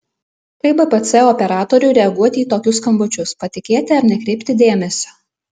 kaip bpc operatoriui reaguoti į tokius skambučius patikėti ar nekreipti dėmesio